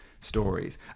stories